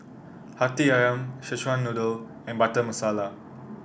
hati ayam Szechuan Noodle and Butter Masala